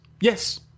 yes